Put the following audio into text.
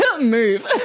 Move